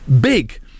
big